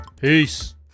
Peace